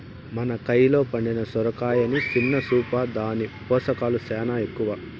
మన కయిలో పండిన సొరకాయని సిన్న సూపా, దాని పోసకాలు సేనా ఎక్కవ